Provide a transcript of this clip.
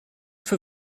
für